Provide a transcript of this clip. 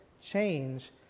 change